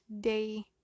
day